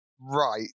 right